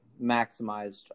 maximized